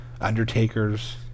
Undertakers